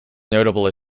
notable